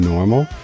Normal